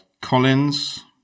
Collins